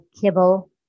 kibble